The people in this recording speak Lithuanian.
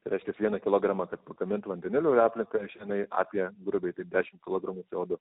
reiškia vieną kilogramą kad pagamint vandenilio į aplinką išeina apie grubiai taip dešim kilogramų co du